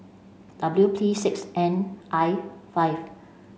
W P six N I five